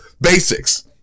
basics